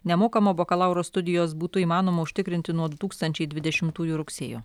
nemokamo bakalauro studijos būtų įmanoma užtikrinti nuo du tūkstančiai dvidešimtųjų rugsėjo